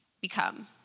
become